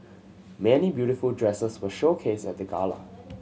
many beautiful dresses were showcased at the gala